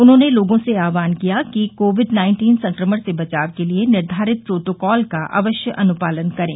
उन्होंने लोगों से आहवान किया कि कोविड नाइन्टीन संक्रमण से बचाव के लिये निर्धारित प्रोटोकॉल का अवश्य अनुपालन करे